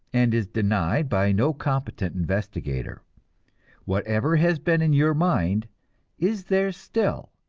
and is denied by no competent investigator whatever has been in your mind is there still,